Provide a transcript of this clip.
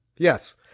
Yes